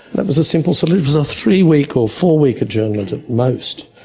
that was simple solution. a three-week or four-week adjournment at most.